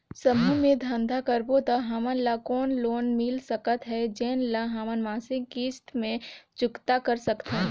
समूह मे धंधा करबो त हमन ल कौन लोन मिल सकत हे, जेन ल हमन मासिक किस्त मे चुकता कर सकथन?